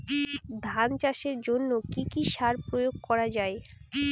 ধান চাষের জন্য কি কি সার প্রয়োগ করা য়ায়?